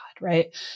right